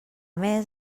més